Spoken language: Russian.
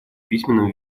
письменном